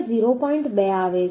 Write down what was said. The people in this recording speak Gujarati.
2 આવે છે